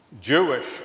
Jewish